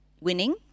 winning